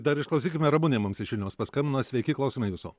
dar išklausykime ramunė mums iš vilniaus paskambino sveiki klausome jūsų